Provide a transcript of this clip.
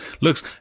Looks